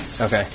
okay